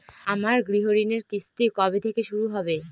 আমার গৃহঋণের কিস্তি কবে থেকে শুরু হবে?